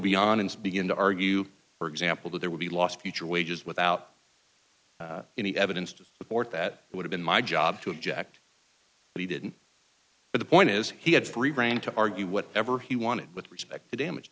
beyond and begin to argue for example that there would be lost future wages without any evidence to support that it would have been my job to object but he didn't but the point is he had free reign to argue whatever he wanted with respect to damage